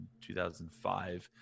2005